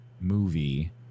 movie